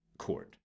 Court